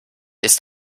ist